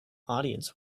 audience